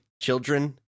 children